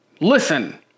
Listen